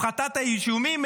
הפחתת האישומים,